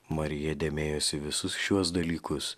marija dėmėjosi visus šiuos dalykus